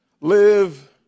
live